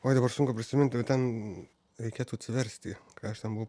oi dabar sunku prisimint va ten reikėtų atsiversti ką aš ten buvau